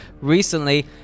recently